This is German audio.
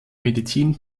medizin